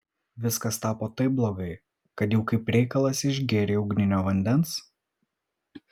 viskas tapo taip blogai kad jau kaip reikalas išgėrei ugninio vandens